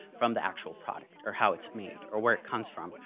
from the actual product or how it's made or where it comes from,